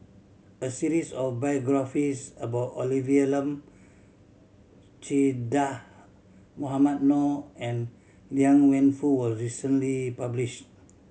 a series of biographies about Olivia Lum Che Dah Mohamed Noor and Liang Wenfu was recently published